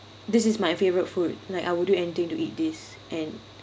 this is my favourite food like I will do anything to eat this and